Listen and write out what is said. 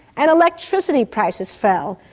and electricity prices fell,